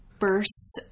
Bursts